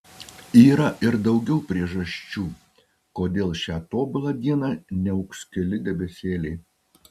yra ir daugiau priežasčių kodėl šią tobulą dieną niauks keli debesėliai